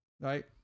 right